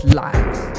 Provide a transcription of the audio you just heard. lives